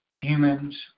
humans